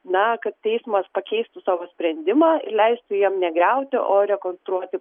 na kad teismas pakeistų savo sprendimą leisti jam negriauti o rekonstruoti